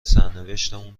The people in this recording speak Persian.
سرنوشتمون